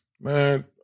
man